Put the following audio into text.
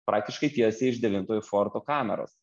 praktiškai tiesiai iš devintojo forto kameros